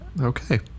okay